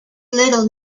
little